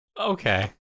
Okay